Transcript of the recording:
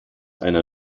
einer